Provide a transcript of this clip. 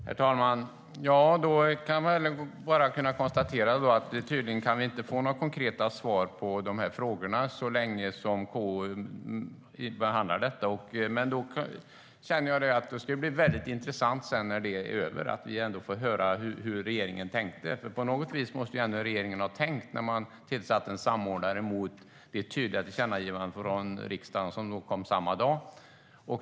Herr talman! Då får jag konstatera att vi tydligen inte kan få några konkreta svar på de här frågorna så länge som KU behandlar detta. Då ska det bli väldigt intressant när det är över och vi får höra hur regeringen tänkte. På något vis måste ändå regeringen ha tänkt när man tillsatte en samordnare mot det tydliga tillkännagivande från riksdagen som kom samma dag.